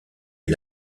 est